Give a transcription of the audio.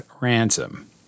ransom